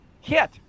hit